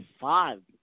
five